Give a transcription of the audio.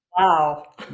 Wow